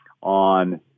on